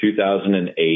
2008